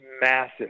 massive